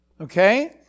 okay